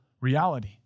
reality